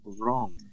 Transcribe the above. wrong